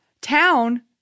town